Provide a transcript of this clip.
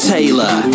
Taylor